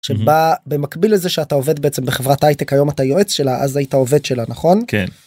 במקביל לזה שאתה עובד בעצם בחברת הייטק היום אתה יועץ שלה אז היית עובד שלה, נכון? -כן.